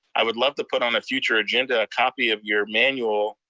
i would love to put on a future agenda a copy of your manual